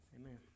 amen